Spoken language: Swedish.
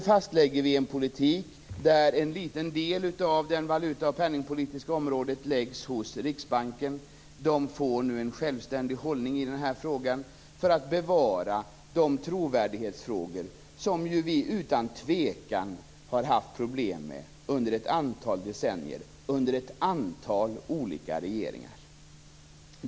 Nu fastlägger vi en politik där en liten del av det valuta och penningpolitiska området läggs hos Riksbanken, som nu får en självständig hållning i den här frågan för att bevara de trovärdighetsfrågor som vi ju utan tvekan har haft problem med under ett antal decennier, under ett antal olika regeringar.